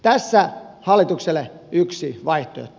tässä hallitukselle yksi vaihtoehto